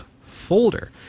folder